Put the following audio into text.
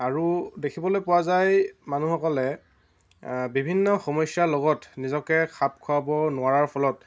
আৰু দেখিবলৈ পোৱা যায় মানুহসকলে বিভিন্ন সমস্যাৰ লগত নিজকে খাপ খুৱাব নোৱাৰাৰ ফলত